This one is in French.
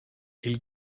elle